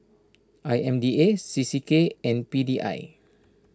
I M D A C C K and P D I